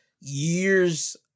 Years